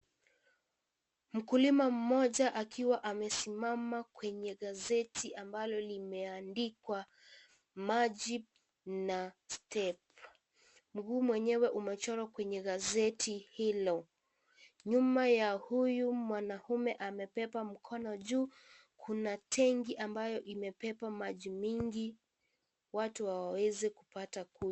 Mkulima mmoja akiwa amesimama kwenye gazeti ambalo limeandikwa maji na step. Mguu mwenyewe umechorwa kwenye gazeti hilo. Nyuma ya huyu mwanaume amebeba mkono juu, kuna tenki ambayo imebeba maji mingi watu waweze kupata kunywa.